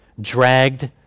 dragged